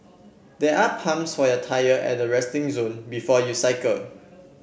there are pumps for your tyre at the resting zone before you cycle